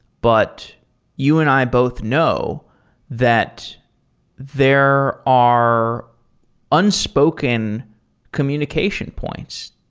but you and i both know that there are unspoken communication points.